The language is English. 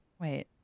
wait